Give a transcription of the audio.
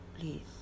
please